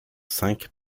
cinq